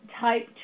type